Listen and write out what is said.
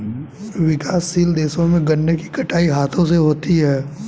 विकासशील देशों में गन्ने की कटाई हाथों से होती है